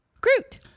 Groot